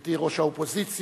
גברתי ראש האופוזיציה,